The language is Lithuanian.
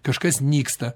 kažkas nyksta